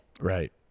Right